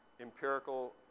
empirical